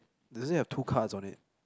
does it have two cars on it